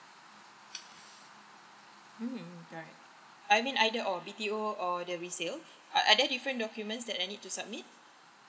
mm right I mean either or B_T_O it or the resale are are there different documents that I need to submit